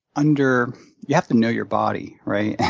under you have to know your body, right?